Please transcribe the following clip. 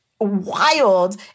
Wild